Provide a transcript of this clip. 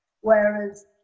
Whereas